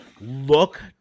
look